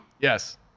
Yes